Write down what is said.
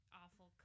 awful